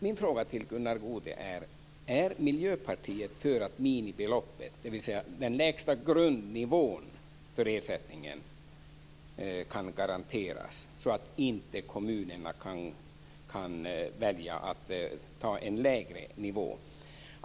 Mina frågor till Gunnar Goude är: Är Miljöpartiet för att minimibeloppet, dvs. att den lägsta grundnivån för ersättningen, garanteras så att kommunerna inte kan välja en lägre nivå?